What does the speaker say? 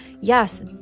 yes